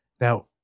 Now